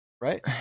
Right